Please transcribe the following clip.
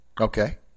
Okay